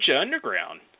Underground